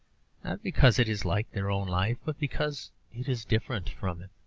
because it is like their own life, but because it is different from it.